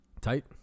tight